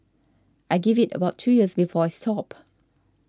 I give it about two years before I stop